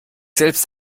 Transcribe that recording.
selbst